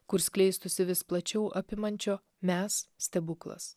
kur skleistųsi vis plačiau apimančio mes stebuklas